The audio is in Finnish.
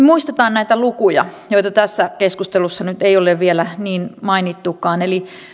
muistetaan näitä lukuja joita tässä keskustelussa nyt ei ole vielä niin mainittukaan